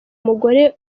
mugore